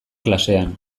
klasean